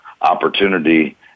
opportunity